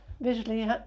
visually